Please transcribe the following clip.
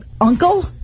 uncle